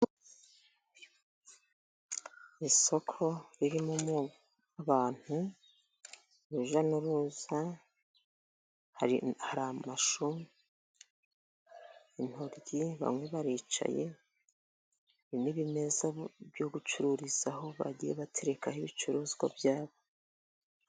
Isoko ririmo abantu urujya n'uruza, hari amashu, intoryi, bamwe baricaye n'ibimeza byo gucururizaho, bagiye baterekaho ibicuruzwa byabo.